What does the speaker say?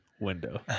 window